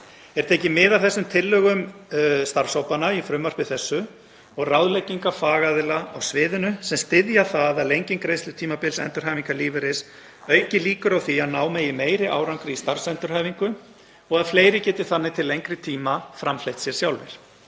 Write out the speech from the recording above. Er tekið mið af tillögum þessara starfshópa í frumvarpi þessu og ráðlegginga fagaðila á sviðinu sem styðja það að lenging greiðslutímabils endurhæfingarlífeyris auki líkur á því að ná megi meiri árangri í starfsendurhæfingu og að fleiri geti þannig til lengri tíma framfleytt sér sjálfir,